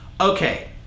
Okay